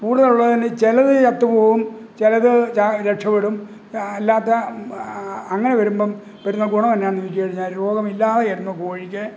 കൂടുതൽ ഉള്ളതിനെ ചിലത് ചത്തു പോവും ചിലത് ചാ രക്ഷപ്പെടും അല്ലാത്ത അങ്ങനെ വരുമ്പം പെടുന്ന ഗുണം എന്നാ എന്ന് ചോദിച്ചു കഴിഞ്ഞാൽ രോഗമില്ലാതിരുന്ന കോഴിക്ക്